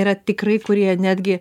yra tikrai kurie netgi